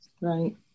right